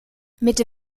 mit